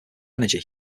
energy